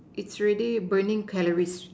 it's already burning calories